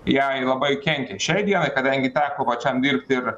jai labai kenkia šiai dienai kadangi teko pačiam dirbti ir